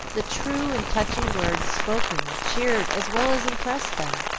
the true and touching words spoken cheered as well as impressed them,